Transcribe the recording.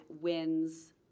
wins –